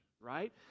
right